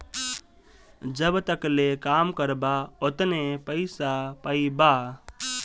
जब तकले काम करबा ओतने पइसा पइबा